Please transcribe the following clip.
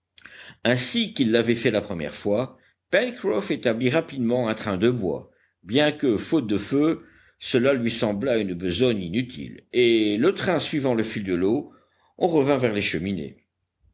ainsi qu'il l'avait fait la première fois pencroff établit rapidement un train de bois bien que faute de feu cela lui semblât une besogne inutile et le train suivant le fil de l'eau on revint vers les cheminées